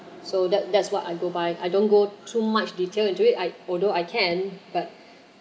so that that's what I go buy I don't go too much detail into it I although I can but